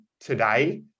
today